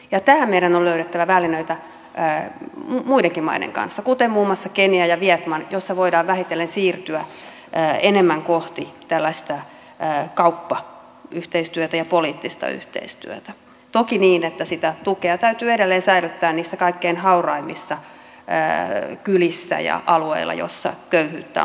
ja tähän meidän on löydettävä välineitä muidenkin maiden kanssa kuten muun muassa kenian ja vietnamin joissa voidaan vähitellen siirtyä enemmän kohti tällaista kauppayhteistyötä ja poliittista yhteistyötä toki niin että sitä tukea täytyy edelleen säilyttää niissä kaikkein hauraimmissa kylissä ja alueilla missä köyhyyttä on paljon